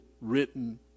written